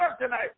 tonight